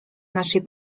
naszej